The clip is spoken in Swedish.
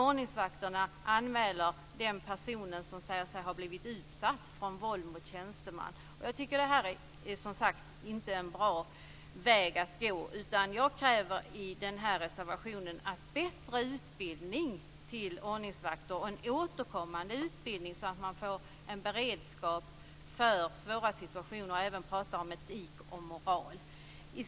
Ordningsvakterna anmäler den person som säger sig ha blivit utsatt för våld mot tjänsteman. Det här är inte en bra väg att gå. I min reservation kräver jag en bättre utbildning för ordningsvakter och en återkommande utbildning så att man får en beredskap för svåra situationer. Vidare handlar det om att prata om etik och moral.